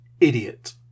Idiot